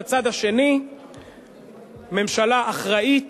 בצד השני ממשלה אחראית